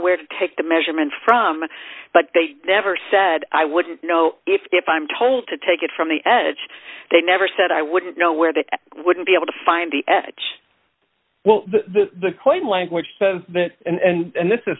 where to take the measurements from but they never said i wouldn't know if i'm told to take it from the edge they never said i wouldn't know where they wouldn't be able to find the edge well the plain language and this is